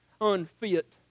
unfit